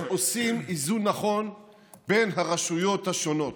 איך עושים איזון נכון בין הרשויות השונות.